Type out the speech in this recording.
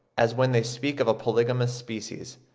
as when they speak of a polygamous species,